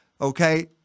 okay